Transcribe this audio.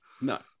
no